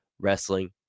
wrestling